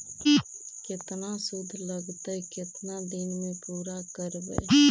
केतना शुद्ध लगतै केतना दिन में पुरा करबैय?